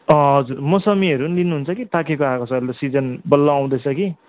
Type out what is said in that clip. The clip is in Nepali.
हजुर मौसमीहरू पनि लिनुहुन्छ कि पाकेको आएको छ ल सिजन बल्ल आउँदैछ कि